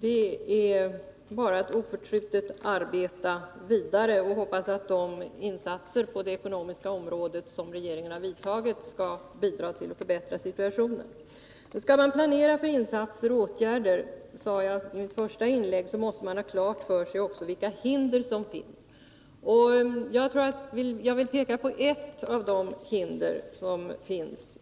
det är bara att oförtrutet arbeta vidare och hoppas att de insatser på det ekonomiska området som regeringen har vidtagit skall bidra till att förbättra situationen. Jag sade i mitt första inlägg att man om man skall planera för insatser och åtgärder måste ha klart för sig vilka hinder som finns. Jag vill peka på ett av de hinder som finns.